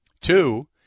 two